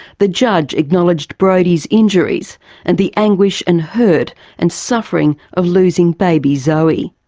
the judge acknowledged brodie's injuries and the anguish and hurt and suffering of losing baby zoe,